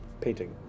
painting